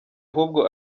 ahubwo